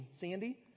sandy